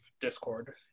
Discord